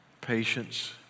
patience